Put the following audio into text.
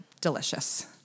delicious